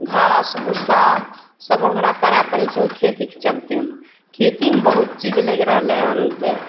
घास भुस्सा सब हमरा करए पड़ैत छै ओहि खेतीक चलतेमे खेतीमे बहुत चीज लगि रहलै हन जे